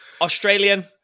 Australian